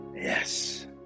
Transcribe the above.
Yes